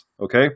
okay